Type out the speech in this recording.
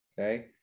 okay